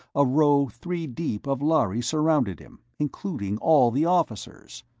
a row three-deep of lhari surrounded him, including all the officers.